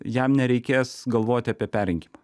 jam nereikės galvoti apie perrinkimą